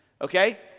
Okay